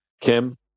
Kim